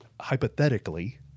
hypothetically